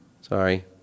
Sorry